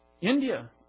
India